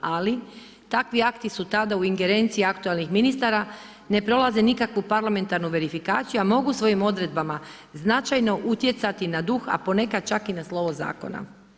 Ali takvi akti su tada u ingerenciji aktualnih ministara, ne prolaze nikakvu parlamentarnu verifikaciju a mogu svojim odredbama značajno utjecati na duh a ponekad čak i na slovo zakona.